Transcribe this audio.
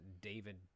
David